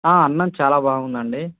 అన్నం చాలా బాగుందండి